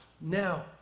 Now